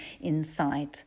inside